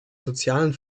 sozialen